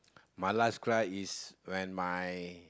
my last cry is when my